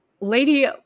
Lady